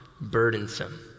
burdensome